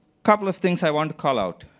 couple of things i want to call out.